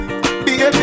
Baby